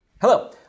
Hello